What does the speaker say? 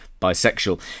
bisexual